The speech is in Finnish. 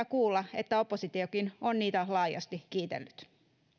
kuulla että oppositiokin on niitä laajasti kiitellyt